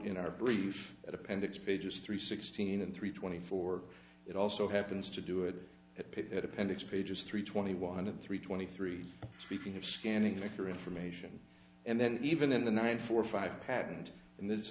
in our brief at appendix pages three sixteen and three twenty four it also happens to do it at that appendix pages three twenty one hundred three twenty three speaking of scanning maker information and then even in the nine four five happened and this